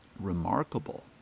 remarkable